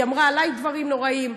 היא אמרה עלי דברים נוראיים,